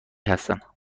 هستم